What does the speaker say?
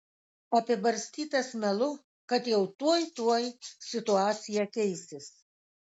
apibarstytas melu kad jau tuoj tuoj situacija keisis